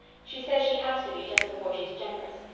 she says she has to be just before she's generous.